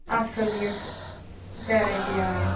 اَصٕل یُس ویٚرایٹی آ